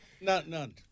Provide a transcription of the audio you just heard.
None